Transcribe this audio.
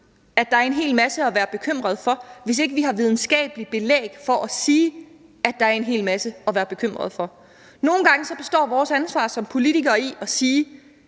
at der er en hel masse at være bekymret for, hvis ikke vi har videnskabeligt belæg for at sige, at der er en hel masse at være bekymret for. Nogle gange består vores ansvar som politikere i at sige: